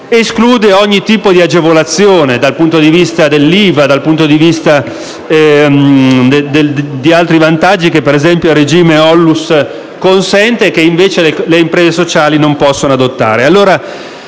esclude ogni tipo di agevolazione dal punto di vista dell'IVA e di altri vantaggi che, per esempio, il regime ONLUS consente, e che invece le imprese sociali non possono adottare.